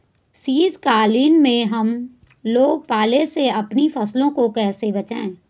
शीतकालीन में हम लोग पाले से अपनी फसलों को कैसे बचाएं?